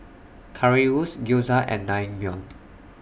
Currywurst Gyoza and Naengmyeon